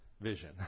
vision